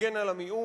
הגן על המיעוט,